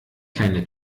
kleine